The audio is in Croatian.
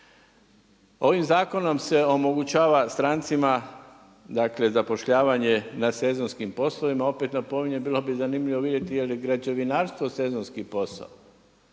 Ovim zakonom se omogućava strancima zapošljavanje na sezonskim poslovima, opet napominjem bilo bi zanimljivo vidjeti je li građevinarstvo sezonski posao.